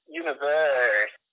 universe